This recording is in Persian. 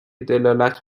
دلالت